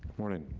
morning.